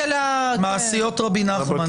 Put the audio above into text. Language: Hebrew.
מעשיות רבי נחמן.